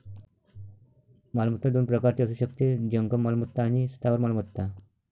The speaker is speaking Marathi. मालमत्ता दोन प्रकारची असू शकते, जंगम मालमत्ता आणि स्थावर मालमत्ता